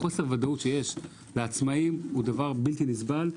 חוסר הוודאות שיש לעצמאיים הוא דבר בלתי נסבל.